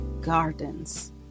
Gardens